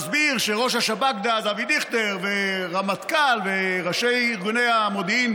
מסביר שראש השב"כ דאז אבי דיכטר והרמטכ"ל וראשי ארגוני המודיעין